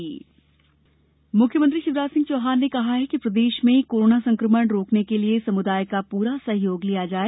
surveillance system मुख्यमंत्री शिवराज सिंह चौहान ने कहा है कि प्रदेश में कोरोना संकमण रोकने के लिये समुदाय का पूरा सहयोग लिया जाए